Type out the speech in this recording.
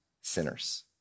sinners